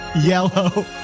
yellow